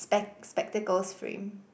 spec~ spectacles frame